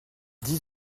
dix